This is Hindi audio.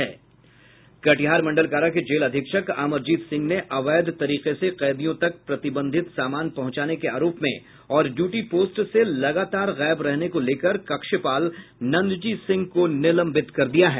कटिहार मंडल कारा के जेल अधीक्षक अमरजीत सिंह ने अवैध तरीके से कैदियों तक प्रतिबंधित सामान पहुंचाने के आरोप में और ड्यूटी पोस्ट से लगातार गायब रहने को लेकर कक्षपाल नंद जी सिंह को निलंबित कर दिया है